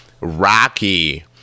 rocky